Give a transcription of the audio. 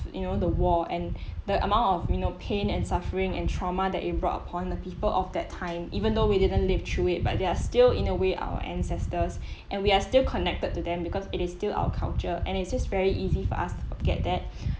you know the war and the amount of you know pain and suffering and trauma that you brought upon the people of that time even though we didn't live through it but there are still in a way our ancestors and we are still connected to them because it is still our culture and it's just very easy for us to forget that